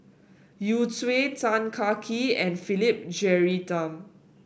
Yu Zhuye Tan Kah Kee and Philip Jeyaretnam